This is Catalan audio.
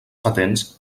patents